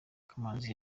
kamanzi